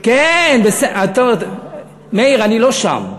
כן, מאיר, אני לא שם.